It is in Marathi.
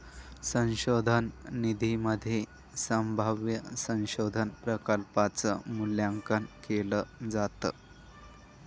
संशोधन निधीमध्ये संभाव्य संशोधन प्रकल्पांच मूल्यांकन केलं जातं